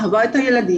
אהבה את הילדים,